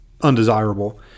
undesirable